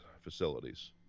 facilities